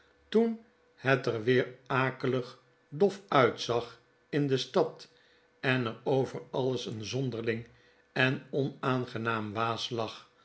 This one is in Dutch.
toen het er weer akelig dof uitzag in de stad en er over alles een zonderling en onaangenaam waas lag